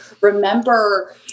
remember